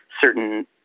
certain